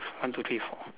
one two three four